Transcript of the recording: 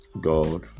God